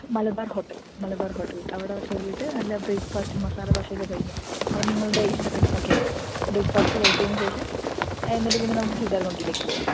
Malabar hotel Malabar hotel അവിടെ കയറിയിട്ട് നല്ല ബ്രേക്ക്ഫാസ്റ്റ് മസാലദോശയൊക്കെ കഴിക്കാം അത് നിങ്ങളുടെ ഇഷ്ടത്തിന് ഓക്കെ ബ്രേക്ക്ഫാസ്റ്റ് കഴിച്ചതിനു ശേഷം എന്നിട്ട് പിന്നെ നമുക്ക് സീതാർഗുണ്ടിലേക്ക് പോകാം